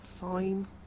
fine